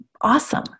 awesome